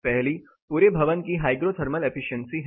पहली पूरे भवन की हाइग्रो थर्मल एफिशिएंसी है